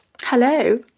Hello